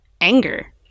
anger